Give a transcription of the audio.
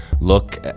look